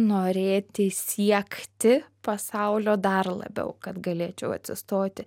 norėti siekti pasaulio dar labiau kad galėčiau atsistoti